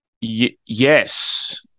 Yes